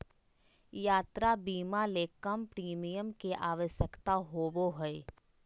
यात्रा बीमा ले कम प्रीमियम के आवश्यकता होबो हइ